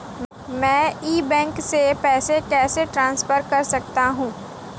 मैं e banking से पैसे कैसे ट्रांसफर कर सकता हूं?